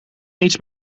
niets